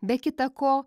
be kita ko